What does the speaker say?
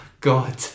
god